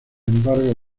embargo